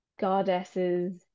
goddesses